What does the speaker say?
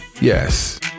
Yes